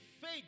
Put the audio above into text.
faith